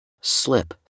Slip